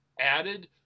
added